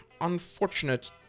unfortunate